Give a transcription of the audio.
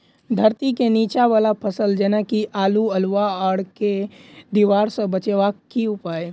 धरती केँ नीचा वला फसल जेना की आलु, अल्हुआ आर केँ दीवार सऽ बचेबाक की उपाय?